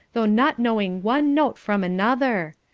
though not knowing one note from another.